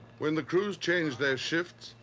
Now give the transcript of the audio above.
when the crews change their shifts,